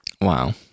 Wow